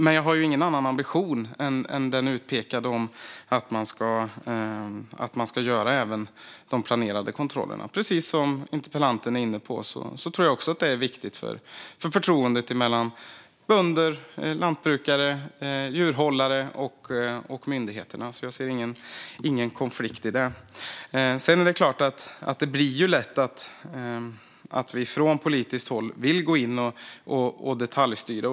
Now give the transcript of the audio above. Men jag har ingen annan ambition än den utpekade om att man ska göra även de planerade kontrollerna. Precis som interpellanten är inne på tror jag också att det är viktigt för förtroendet mellan bönder, lantbrukare, djurhållare och myndigheter. Jag ser ingen konflikt i det. Sedan är det klart att det lätt blir så att vi från politiskt håll vill gå in och detaljstyra.